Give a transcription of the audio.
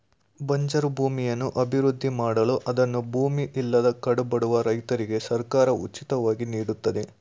ಬಂಜರು ಭೂಮಿಯನ್ನು ಅಭಿವೃದ್ಧಿ ಮಾಡಲು ಅದನ್ನು ಭೂಮಿ ಇಲ್ಲದ ಕಡುಬಡವ ರೈತರಿಗೆ ಸರ್ಕಾರ ಉಚಿತವಾಗಿ ನೀಡುತ್ತದೆ